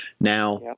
Now –